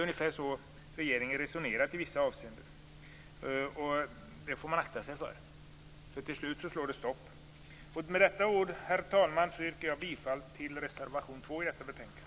Ungefär så har regeringen resonerat i vissa avseenden. Det får man akta sig för, för till slut slår det stopp. Med dessa ord, herr talman, yrkar jag bifall till reservation 2 i detta betänkande.